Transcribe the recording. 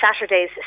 Saturday's